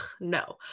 no